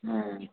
ହଁ